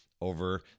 over